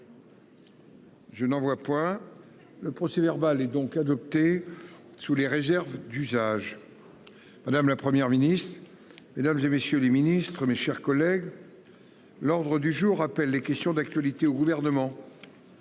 Je n'en vois point. Le procès verbal est donc adopté sous les réserves d'usage. Madame, la Première ministre. Mesdames, et messieurs les ministres, mes chers collègues. L'ordre du jour appelle les questions d'actualité au gouvernement.